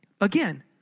again